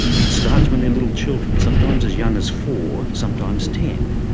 it starts when they're little children, sometimes as young as four, sometimes ten.